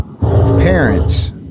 parents